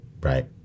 right